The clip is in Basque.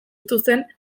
zituzten